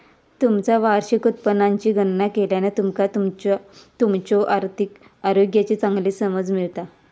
तुमचा वार्षिक उत्पन्नाची गणना केल्यान तुमका तुमच्यो आर्थिक आरोग्याची चांगली समज मिळता